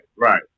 right